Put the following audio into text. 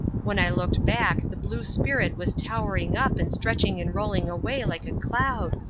when i looked back the blue spirit was towering up and stretching and rolling away like a cloud,